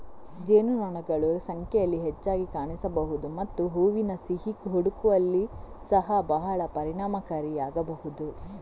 ಜೇನುನೊಣಗಳು ಸಂಖ್ಯೆಯಲ್ಲಿ ಹೆಚ್ಚಾಗಿ ಕಾಣಿಸಬಹುದು ಮತ್ತು ಹೂವಿನ ಸಿಹಿ ಹುಡುಕುವಲ್ಲಿ ಸಹ ಬಹಳ ಪರಿಣಾಮಕಾರಿಯಾಗಬಹುದು